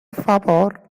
favor